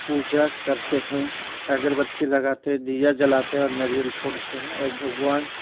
पूजा करते हैं अगरबत्ती लगाते दिया जलाते और नारियल फोड़ते हैं और भगवान